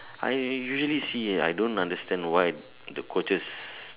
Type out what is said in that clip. I usually see I don't understand why the coaches